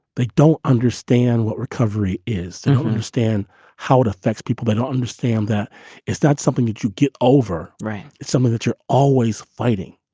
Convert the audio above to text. they don't understand what recovery is. understand how it affects people. they don't understand that it's not something that you get over. right. some of that you're always fighting.